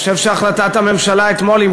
אני חושב שהחלטת הממשלה אתמול,